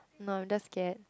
no just scared